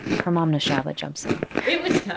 her mom, noshaba, jumps in it was tough.